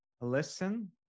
listen